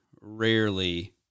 rarely